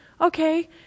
Okay